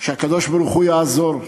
שהקדוש-ברוך-הוא יעזור,